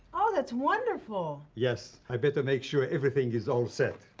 oh, that's wonderful. yes, i better make sure everything is all set.